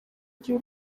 gihe